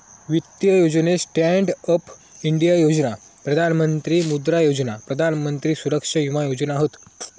वित्तीय योजनेत stand up India योजना, प्रधान मंत्री मुद्रा योजना, प्रधान मंत्री सुरक्षा विमा योजना हत